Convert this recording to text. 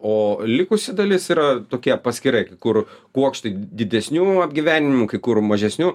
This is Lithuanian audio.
o likusi dalis yra tokie paskirai kur kuokštai didesnių apgyvendinimų kai kur mažesnių